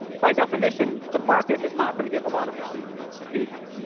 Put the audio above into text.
by definition, the market is not going to give a lot of value to those behaviors.